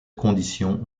condition